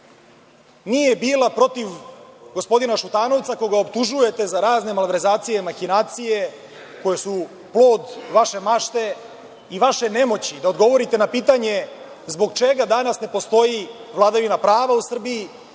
nije bila protiv gospodina Šutanovca koga optužujete za razne malverzacije, mahinacije koje su plod vaše mašte i vaše nemoći da odgovorite na pitanje, zbog čega danas ne postoji vladavina prava u Srbiji,